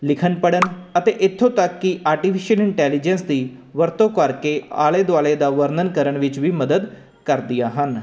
ਲਿਖਣ ਪੜ੍ਹਨ ਅਤੇ ਇਥੋਂ ਤੱਕ ਕਿ ਆਰਟੀਫਿਸ਼ਅਲ ਇੰਟੈਲੀਜੈਂਸ ਦੀ ਵਰਤੋਂ ਕਰਕੇ ਆਲੇ ਦੁਆਲੇ ਦਾ ਵਰਨਨ ਕਰਨ ਵਿੱਚ ਵੀ ਮਦਦ ਕਰਦੀਆਂ ਹਨ